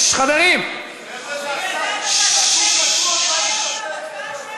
במרוקו לא היו מעבירים הצעה כזאת.